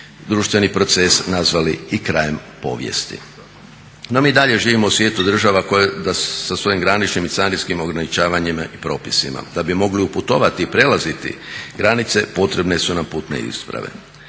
društveni proces nazvali i krajem povijesti. No mi i dalje živimo u svijetu država koje sa svojim graničnim i carinskim ograničavanjem i propisima. Da bi mogli otputovati i prelaziti granice potrebne su nam putne isprave.